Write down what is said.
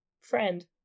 friend